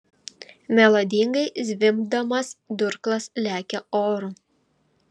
melodingai zvimbdamas durklas lekia oru